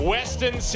Western